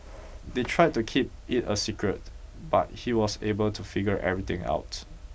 they tried to keep it a secret but he was able to figure everything out